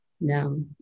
no